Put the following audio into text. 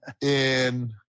in-